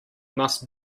must